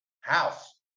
House